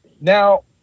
Now